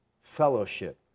fellowship